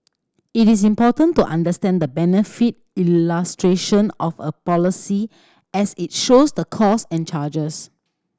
it is important to understand the benefit illustration of a policy as it shows the cost and charges